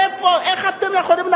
איך אתם יכולים,